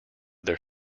their